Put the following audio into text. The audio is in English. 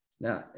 Now